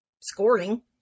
scoring